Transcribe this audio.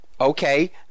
Okay